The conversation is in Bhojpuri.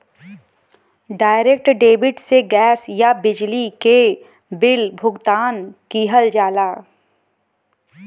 डायरेक्ट डेबिट से गैस या बिजली क बिल भुगतान किहल जाला